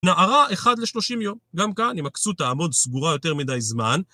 נערה 1 ל-30 יום, גם כאן עם הכסות תעמוד סגורה יותר מדי זמן.